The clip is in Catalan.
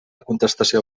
contestació